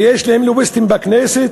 ויש להם לוביסטים בכנסת,